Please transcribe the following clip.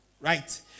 Right